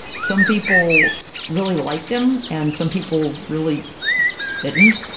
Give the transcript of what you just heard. some people really liked him, and some people really didn't.